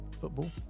football